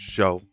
Show